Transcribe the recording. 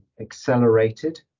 accelerated